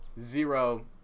zero